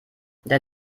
der